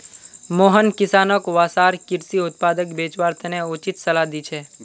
मोहन किसानोंक वसार कृषि उत्पादक बेचवार तने उचित सलाह दी छे